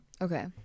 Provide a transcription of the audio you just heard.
Okay